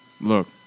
Look